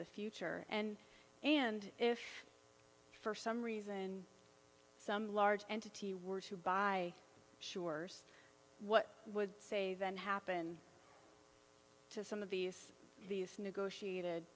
the future and and if for some reason some large entity were to buy sure's what would say then happen to some of these these negotiated